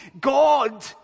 God